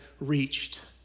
reached